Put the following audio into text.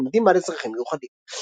לתלמידים בעלי צרכים מיוחדים.